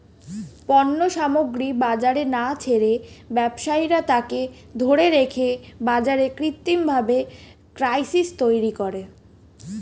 পণ্য সামগ্রী বাজারে না ছেড়ে ব্যবসায়ীরা তাকে ধরে রেখে বাজারে কৃত্রিমভাবে ক্রাইসিস তৈরী করে